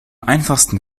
einfachsten